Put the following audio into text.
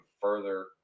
further